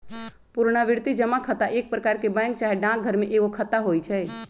पुरनावृति जमा खता एक प्रकार के बैंक चाहे डाकघर में एगो खता होइ छइ